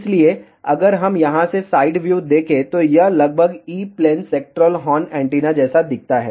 इसलिए अगर हम यहां से साइड व्यू देखें तो यह लगभग E plane sectoral horn antenna जैसा दिखता है